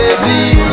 baby